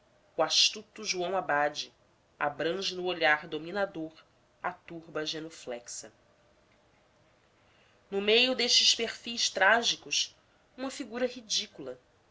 o astuto joão abade abrange no olhar dominador a turba genuflexa no meio destes perfis trágicos uma figura ridícula